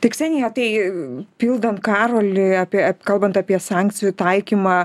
tai ksenija tai pildant karolį apie kalbant apie sankcijų taikymą